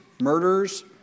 murders